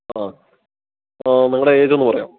ആ അപ്പോ നിങ്ങളുടെ ഏജ് ഒന്ന് പറയാമോ